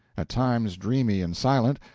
at times dreamy and silent,